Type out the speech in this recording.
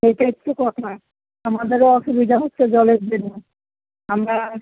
সেটা একটু কথা আমাদেরও অসুবিধা হচ্ছে জলের জন্য আমরা